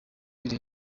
biri